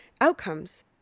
outcomes